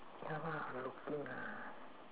ya lah I'm looking ah